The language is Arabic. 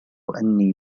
أني